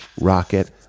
Rocket